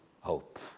hope